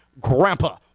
grandpa